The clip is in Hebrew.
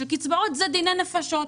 שקצבאות זה דיני נפשות,